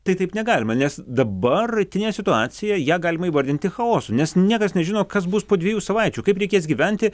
tai taip negalima nes dabartinę situaciją ją galima įvardinti chaosu nes niekas nežino kas bus po dviejų savaičių kaip reikės gyventi